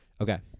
okay